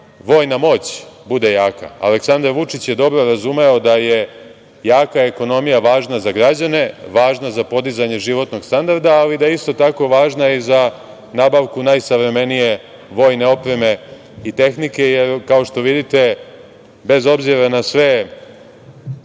vojna moć bude jaka. Aleksandar Vučić je dobro razumeo da je jaka ekonomija važna za građane, važna za podizanje životnog standarda, ali da je isto tako važna i za nabavku najsavremenije vojne opreme i tehnike, jer, kao što vidite, bez obzira na sve